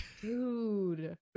Dude